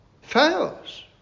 fails